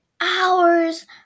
Hours